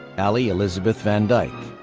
ally elizabeth van dyke,